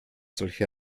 solche